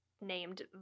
named